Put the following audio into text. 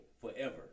forever